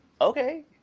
Okay